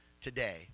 today